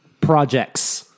projects